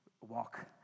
walk